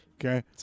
Okay